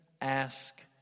ask